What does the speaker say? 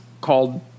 called